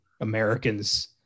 Americans